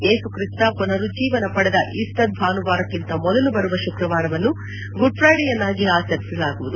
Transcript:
ಏಸುಕ್ರಿಸ್ತ ಪುನರುಜ್ಜೀವನ ಪಡೆದ ಈಸ್ವರ್ ಭಾನುವಾರಕ್ಕಿಂತ ಮೊದಲು ಬರುವ ಶುಕ್ರವಾರವನ್ನು ಗುಡ್ಫ್ರೈಡೆಯನ್ನಾಗಿ ಆಚರಿಸಲಾಗುವುದು